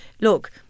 Look